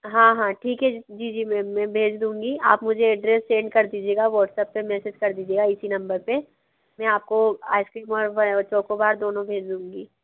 हाँ हाँ ठीक है जी जी मैं मैं भेज दूँगी आप मुझे एड्रैस सेन्ड कर दीजिएगा व्हाट्सएप पर मैसेज कर दीजिएगा इसी नंबर पर मैं आपको आइसक्रीम और चॉकोबार दोनों भेज दूँगी